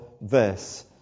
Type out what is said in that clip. verse